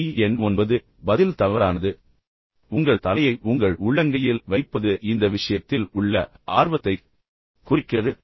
கேள்வி எண் ஒன்பது பதில் தவறானது கேள்வி என்னவென்றால் உங்கள் தலையை உங்கள் உள்ளங்கையில் வைப்பது இந்த விஷயத்தில் உள்ள ஆர்வத்தைக் குறிக்கிறது